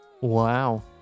Wow